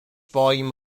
volume